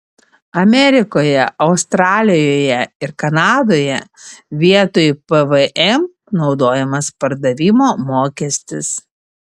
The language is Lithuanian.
amerikoje australijoje ir kanadoje vietoj pvm naudojamas pardavimo mokestis